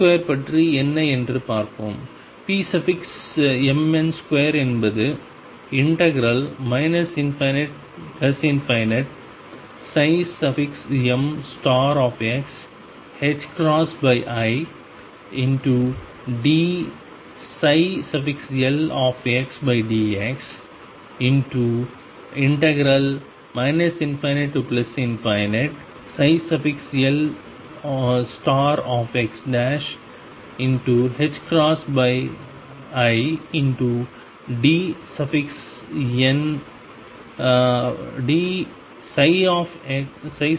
p2 பற்றி என்ன என்று பார்ப்போம் pmn2 என்பது ∞mxi dldx ∞lxidndxஆகும்